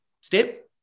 step